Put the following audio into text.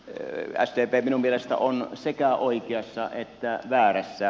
sdp minun mielestäni on sekä oikeassa että väärässä